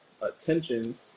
attention